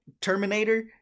Terminator